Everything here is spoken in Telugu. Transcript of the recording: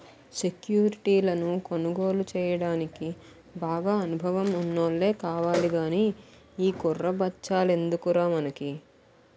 సెక్యురిటీలను కొనుగోలు చెయ్యడానికి బాగా అనుభవం ఉన్నోల్లే కావాలి గానీ ఈ కుర్ర బచ్చాలెందుకురా మనకి